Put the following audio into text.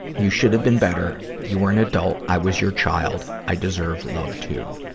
you should have been better. you were an adult i was your child. i deserve love, too.